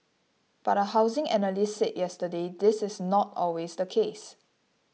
but a housing analyst said yesterday this is not always the case